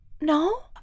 No